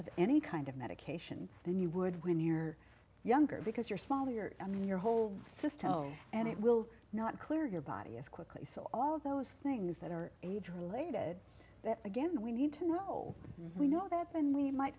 of any kind of medication than you would when you're younger because you're smaller and your whole system and it will not clear your body as quickly so all those things that are age related that again we need to know we know that when we might